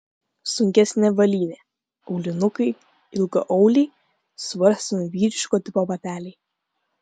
sunkesnė avalynė aulinukai ilgaauliai suvarstomi vyriško tipo bateliai